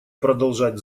продолжать